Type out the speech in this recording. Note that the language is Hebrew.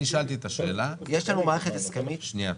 אני שאלתי את השאלה --- יש לנו מערכת הסכמית --- שנייה,